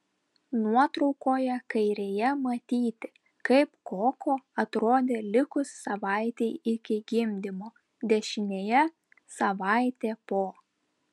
nuotraukoje kairėje matyti kaip koko atrodė likus savaitei iki gimdymo dešinėje savaitė po